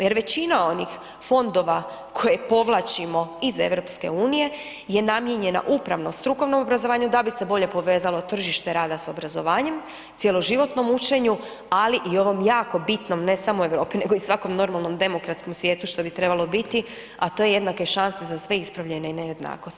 Jer većina onih fondova koje povlačimo iz EU je namijenjena upravo strukovnom obrazovanju, da bi se bolje povezalo tržište rada s obrazovanjem, cjeloživotnom učenju, ali i ovom jako bitnom, ne samo Europi nego i svakom normalnom demokratskom svijetu, što bi trebalo biti, a to je jednake šanse za sve ispravljene nejednakosti.